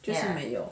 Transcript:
就是没有